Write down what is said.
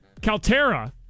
Caltera